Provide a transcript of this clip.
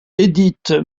édith